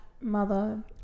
mother